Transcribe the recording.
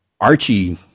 Archie